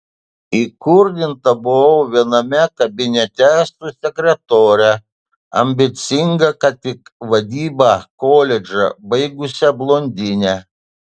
įkurdinta buvau viename kabinete su sekretore ambicinga ką tik vadybą koledže baigusia blondine